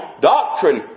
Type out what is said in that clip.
doctrine